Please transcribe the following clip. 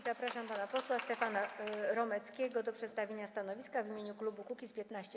Zapraszam pana posła Stefana Romeckiego do przedstawienia stanowiska w imieniu klubu Kukiz’15.